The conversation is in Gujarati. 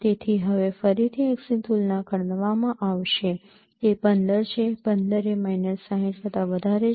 તેથી હવે ફરીથી x ની તુલના કરવામાં આવશે તે ૧૫ છે ૧૫ એ માઇનસ ૬૦ કરતા વધારે છે